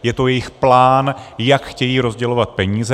Je to jejich plán, jak chtějí rozdělovat peníze.